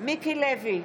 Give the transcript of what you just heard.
מיקי לוי,